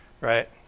right